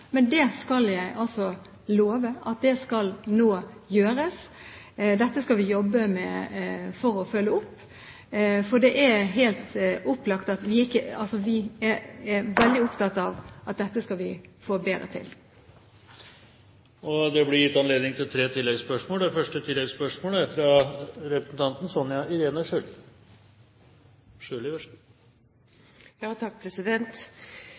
Det skal jeg love at nå skal det gjøres. Dette skal vi jobbe med for å følge det opp, for det er helt opplagt at vi er veldig opptatt av at vi skal få dette bedre til. Det blir tre oppfølgingsspørsmål – først Sonja Irene Sjøli. Det er ikke tvil om at helseministeren skuffet mange da forslaget til ny helse- og